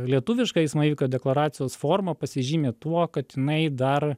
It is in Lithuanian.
lietuviška eismo įvykio deklaracijos forma pasižymi tuo kad jinai dar